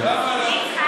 למה לא?